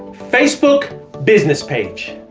facebook business page.